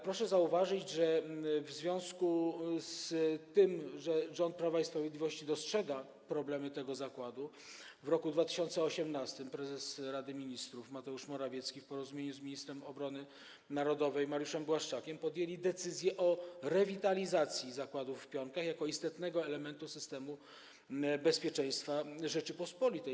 Proszę zauważyć, że w związku z tym, że rząd Prawa i Sprawiedliwości dostrzega problemy tego zakładu, w roku 2018 prezes Rady Ministrów Mateusz Morawiecki w porozumieniu z ministrem obrony narodowej Mariuszem Błaszczakiem podjął decyzję o rewitalizacji zakładu w Pionkach jako istotnego elementu systemu bezpieczeństwa Rzeczypospolitej.